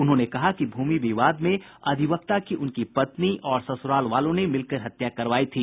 उन्होंने कहा कि भूमि विवाद में अधिवक्ता की उसकी पत्नी और ससुराल वालों ने मिलकर हत्या करवाई थी